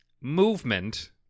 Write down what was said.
movement